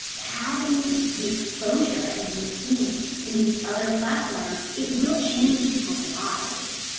having the exposure and being seen in these other platforms, it will change peoples lives.